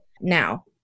now